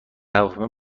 هواپیما